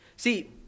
See